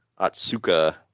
Atsuka